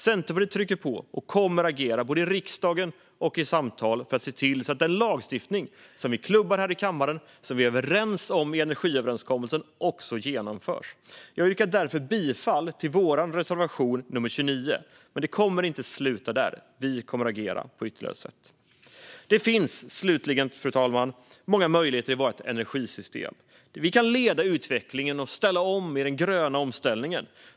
Centerpartiet trycker på och kommer att agera, både i riksdagen och i samtal, för att se till att den lagstiftning som vi klubbar här i kammaren och som vi är överens om i energiöverenskommelsen också genomförs. Jag yrkar därför bifall till vår reservation nummer 29. Men det kommer inte att sluta där. Vi kommer att agera på ytterligare sätt. Det finns slutligen, fru talman, många möjligheter i vårt energisystem. Vi kan leda utvecklingen och ställa om i den gröna omställningen.